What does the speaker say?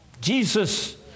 Jesus